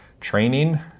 training